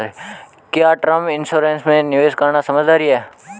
क्या term insurance में निवेश करना समझदारी है?